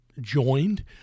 joined